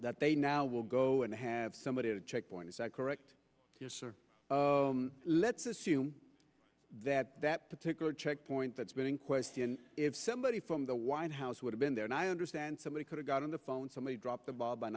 that they now will go and have somebody at a checkpoint is that correct let's assume that that particular checkpoint that's been in question if somebody from the white house would have been there and i understand somebody could have got on the phone somebody dropped the ball b